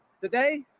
today